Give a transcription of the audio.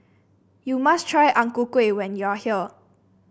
you must try Ang Ku Kueh when you are here